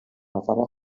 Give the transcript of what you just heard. نفره